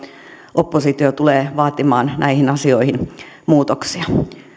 oppositio tulee vaatimaan näihin asioihin muutoksia